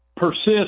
persist